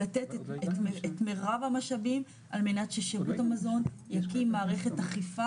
לתת את מירב המשאבים על מנת ששירות המזון יקים מערכת אכיפה.